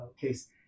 case